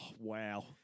wow